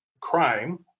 crime